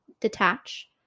detach